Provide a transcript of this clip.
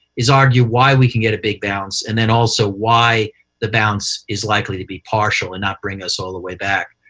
is argue why we can get a big bounce and then also why the bounce is likely to be partial and not bring us all the way back.